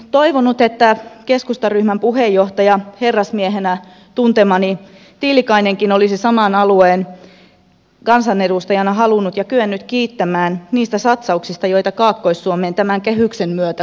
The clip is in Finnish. olisin toivonut että keskustaryhmän puheenjohtaja herrasmiehenä tuntemani tiilikainenkin olisi saman alueen kansanedustajana halunnut ja kyennyt kiittämään niistä satsauksista joita kaakkois suomeen tämän kehyksen myötä kohdistetaan